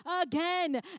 again